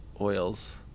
oils